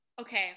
Okay